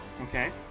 Okay